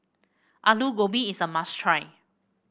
Alu Gobi is a must try